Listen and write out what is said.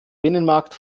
binnenmarkt